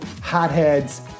hotheads